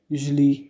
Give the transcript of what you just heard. Usually